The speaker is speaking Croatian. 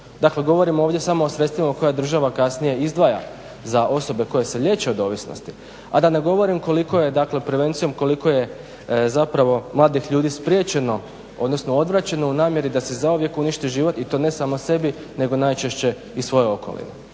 Dakle, govorim ovdje samo o sredstvima koja država kasnije izdvaja za osobe koje se liječe od ovisnosti, a da ne govorim koliko je, dakle prevencijom koliko je zapravo mladih ljudi spriječeno, odnosno odvraćeno u namjeri da se zauvijek uništi život i to ne samo sebi nego najčešće i svojoj okolini.